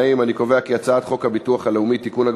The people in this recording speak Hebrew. להעביר את הצעת חוק הביטוח הלאומי (תיקון,